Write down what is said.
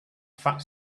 fat